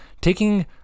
taking